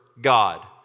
God